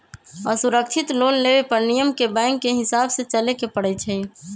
असुरक्षित लोन लेबे पर नियम के बैंकके हिसाबे से चलेए के परइ छै